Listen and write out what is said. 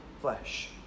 flesh